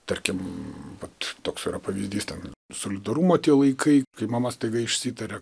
tarkim vat toks yra pavyzdys ten solidarumo tie laikai kai mama staiga išsitarė